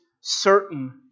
certain